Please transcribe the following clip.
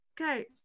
Okay